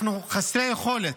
אנחנו חסרי יכולת,